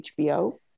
HBO